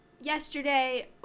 yesterday